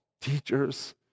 teachers